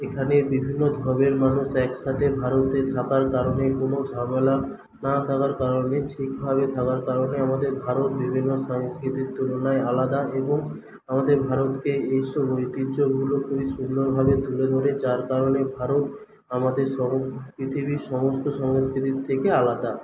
এখানে বিভিন্ন ধর্মের মানুষ একসঙ্গে ভারতে থাকার কারণে কোন ঝামেলা না থাকার কারণে ঠিকভাবে থাকার কারণে আমাদের ভারত বিভিন্ন সাংস্কৃতির তুলনাই আলাদা এবং আমাদের ভারতকে এইসব ঐতিহ্যগুলো খুবই সুন্দরভাবে তুলে ধরে যার কারণে ভারত আমাদের পৃথিবীর সমস্ত সংস্কৃতির থেকে আলাদা